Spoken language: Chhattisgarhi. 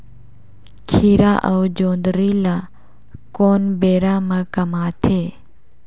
खीरा अउ जोंदरी ल कोन बेरा म कमाथे?